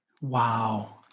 Wow